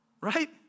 Right